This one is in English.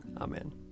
Amen